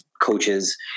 coaches